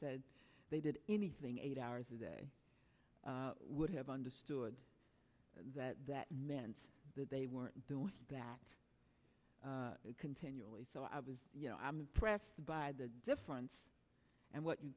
said they did anything eight hours a day what have i understood that that meant that they weren't doing back continually so i was you know i'm impressed by the difference and what you